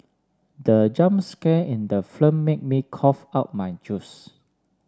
the jump scare in the film made me cough out my juice